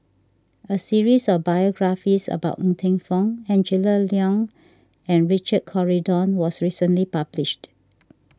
a series of biographies about Ng Eng Teng Angela Liong and Richard Corridon was recently published